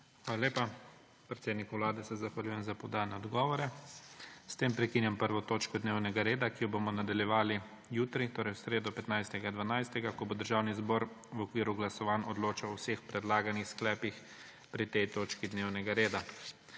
Hvala lepa. Predsedniku Vlade se zahvaljujem za podane odgovore. S tem prekinjam 1. točko dnevnega reda, ki jo bomo nadaljevali jutri, torej v sredo, 15. 12., ko bo Državni zbor v okviru glasovanj odločal o vseh predlaganih sklepih pri tej točki dnevnega reda.